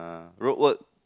road work